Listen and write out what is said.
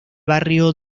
barrio